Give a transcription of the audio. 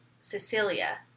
Cecilia